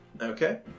Okay